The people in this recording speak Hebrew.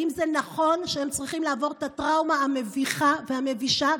האם זה נכון שהם צריכים לעבור את הטראומה המביכה והמבישה?